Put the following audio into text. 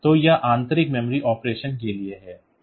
तो यह आंतरिक मेमोरी ऑपरेशन के लिए है